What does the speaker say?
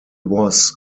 was